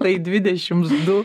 tai dvidešimts du